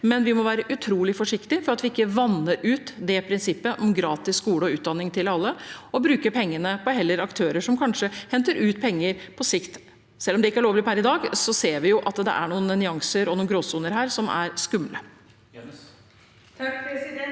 men vi må være utrolig forsiktige så vi ikke vanner ut prinsippet om gratis skole og utdanning til alle og bruker pengene på aktører som kanskje henter ut penger på sikt. Selv om det ikke er lovlig per i dag, ser vi jo at det er noen nyanser og noen gråsoner her som er skumle. Kari-Anne